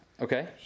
Okay